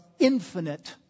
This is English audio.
infinite